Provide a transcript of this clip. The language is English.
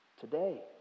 today